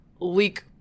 leak